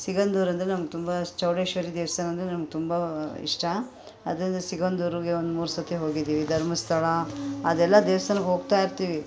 ಸಿಗಂಧೂರು ಅಂದರೆ ನಮ್ಗೆ ತುಂಬ ಚೌಡೇಶ್ವರಿ ದೇವಸ್ಥಾನ ಅಂದರೆ ನಮ್ಗೆ ತುಂಬ ಇಷ್ಟ ಆದ್ದರಿಂದ ಸಿಗಂಧೂರಿಗೆ ಒಂದು ಮೂರು ಸರ್ತಿ ಹೋಗಿದ್ದೀವಿ ಧರ್ಮಸ್ಥಳ ಅದೆಲ್ಲ ದೇವ್ಸ್ಥಾನಕ್ಕೆ ಹೋಗ್ತಾಯಿರ್ತೀವಿ